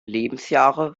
lebensjahre